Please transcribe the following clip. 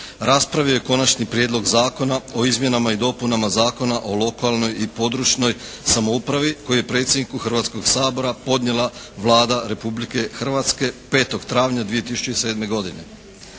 raspravio je Konačni prijedlog zakona o izmjenama i dopunama Zakona o lokalnoj i područnoj samoupravi koji je predsjedniku Hrvatskog sabora podnijela Vlada Republike Hrvatske 5. travnja 2007. godine.